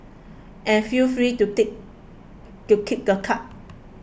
and feel free to to keep the cards